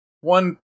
One